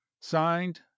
Signed